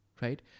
right